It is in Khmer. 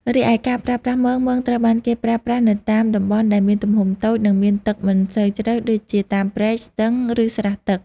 រីឯការប្រើប្រាស់មង មងត្រូវបានគេប្រើប្រាស់នៅតាមតំបន់ដែលមានទំហំតូច និងមានទឹកមិនសូវជ្រៅ ដូចជាតាមព្រែក ស្ទឹង ឬស្រះទឹក។